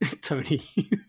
Tony